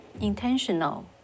intentional